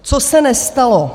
Co se nestalo.